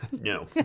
No